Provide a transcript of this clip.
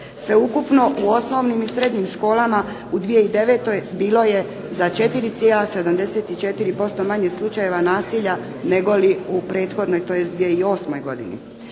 Sveukupno u osnovnim i srednjim školama u 2009. bilo je za 4,74% manje slučajeva nasilja negoli u prethodnoj 2008. godini.